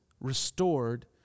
restored